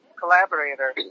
collaborator